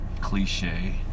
cliche